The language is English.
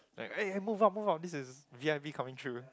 eh move out move out this is V_I_P coming through